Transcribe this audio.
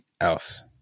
else